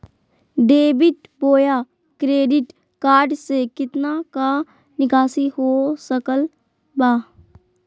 Debit बोया credit card से कितना का निकासी हो सकल बा?